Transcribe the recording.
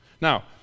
Now